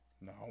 no